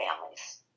families